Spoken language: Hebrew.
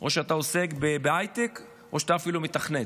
או שאתה עוסק בהייטק, או שאתה אפילו מתכנת,